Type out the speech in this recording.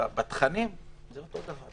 שבתכנים זה אותו דבר.